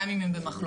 גם אם הם במחלוקות,